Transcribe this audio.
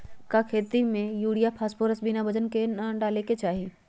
का खेती में यूरिया फास्फोरस बिना वजन के न डाले के चाहि?